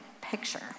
picture